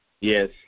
Yes